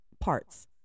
parts